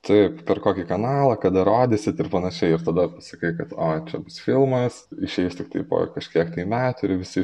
taip per kokį kanalą kada rodysit ir panašiai ir tada sakai kad o čia bus filmas išeis tiktai po kažkiek metų ir visi